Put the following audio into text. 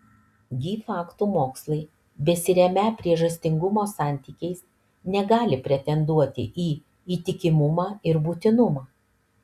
gi faktų mokslai besiremią priežastingumo santykiais negali pretenduoti į įtikimumą ir būtinumą